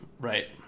Right